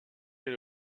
est